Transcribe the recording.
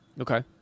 Okay